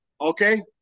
Okay